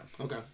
Okay